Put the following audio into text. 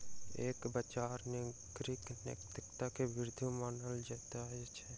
कर बचाव नागरिक नैतिकता के विरुद्ध मानल जाइत अछि